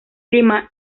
clima